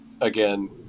Again